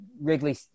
Wrigley